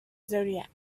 zodiac